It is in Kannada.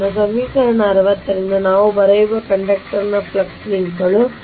ಆದ್ದರಿಂದ ಸಮೀಕರಣ 60 ರಿಂದ ನಾವು ಬರೆಯುವ ಕಂಡಕ್ಟರ್ನ ಫ್ಲಕ್ಸ್ ಲಿಂಕ್ಗಳು